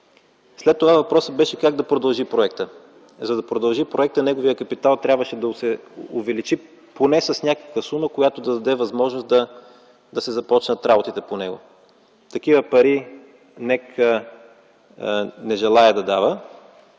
След това въпросът беше как да продължи проектът. За да продължи проектът, неговият капитал трябваше да се увеличи поне с някаква сума, която да даде възможност да се започнат работите по него. Такива пари НЕК не желае да дава.